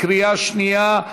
בקריאה שנייה.